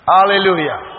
Hallelujah